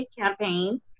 campaign